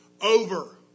over